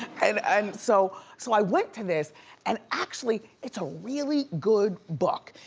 and and so so i went to this and actually, it's a really good book.